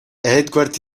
edward